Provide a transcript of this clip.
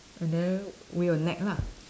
and then we will nag lah